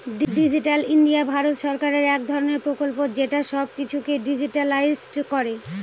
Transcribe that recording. digital India Bharat সরকারের এক ধরনের প্রকল্প যেটা সব কিছুকে ডিজিট্যালাইসড করে